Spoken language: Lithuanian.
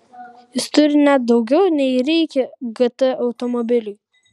jis turi net daugiau nei reikia gt automobiliui